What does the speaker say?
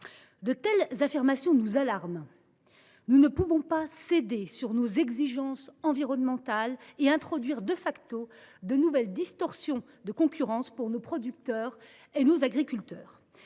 De telles affirmations nous alarment. Nous ne pouvons pas céder sur nos exigences environnementales et introduire de nouvelles distorsions de concurrence pour nos producteurs et nos agriculteurs.